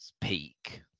peak